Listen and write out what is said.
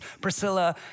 Priscilla